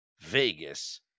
Vegas